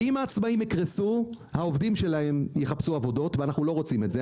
ואם העצמאים יקרסו העובדים שלהם יחפשו עבודות ואנחנו לא רוצים את זה.